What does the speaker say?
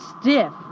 stiff